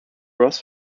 ross